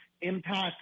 impact